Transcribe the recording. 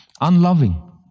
unloving